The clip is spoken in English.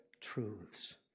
truths